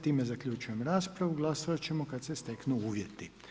Time zaključujem raspravu, glasovati ćemo kad se steknu uvjeti.